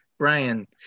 Brian